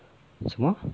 什么